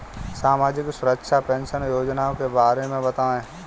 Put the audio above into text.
सामाजिक सुरक्षा पेंशन योजना के बारे में बताएँ?